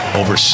over